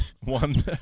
One